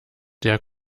der